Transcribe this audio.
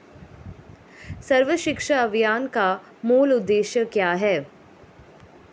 सर्व शिक्षा अभियान का मूल उद्देश्य क्या है?